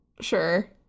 Sure